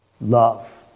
Love